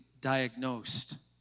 diagnosed